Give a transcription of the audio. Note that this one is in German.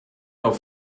auf